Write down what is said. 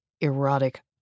erotic